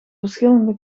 verschillende